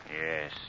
Yes